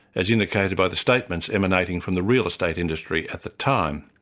as indicated by the statements emanating from the real estate industry at the time.